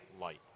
light